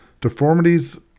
Deformities